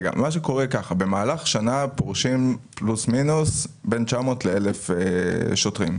מה שקורה זה שבמהלך שנה פורשים פלוס-מינוס בין 900 ל-1,000 שוטרים.